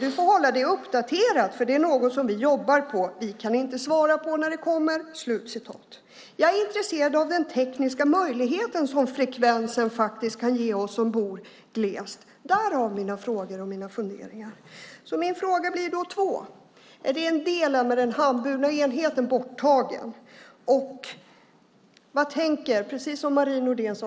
Du får hålla dig uppdaterad, för det är något som vi jobbar på. Vi kan inte svara på när det kommer." Jag är intresserad av den tekniska möjligheten som frekvensen kan ge oss som bor glest, därav mina frågor och funderingar. Jag har två frågor: Är delen med den handburna enheten borttagen?